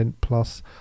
plus